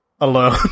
alone